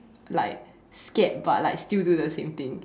like scared but like still do the same thing